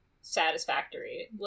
satisfactory